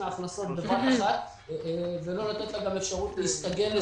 מההכנסות בבת אחת ולא לתת אפשרות להסתגל.